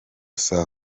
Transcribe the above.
saa